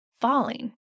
falling